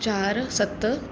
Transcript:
चारि सत